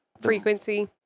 frequency